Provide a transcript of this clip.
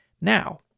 Now